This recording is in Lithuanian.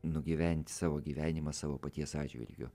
nugyventi savo gyvenimą savo paties atžvilgiu